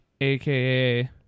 aka